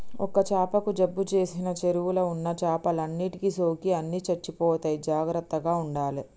ఒక్క చాపకు జబ్బు చేసిన చెరువుల ఉన్న చేపలన్నిటికి సోకి అన్ని చచ్చిపోతాయి జాగ్రత్తగ ఉండాలే